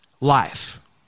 life